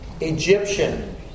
Egyptian